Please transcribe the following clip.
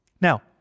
Now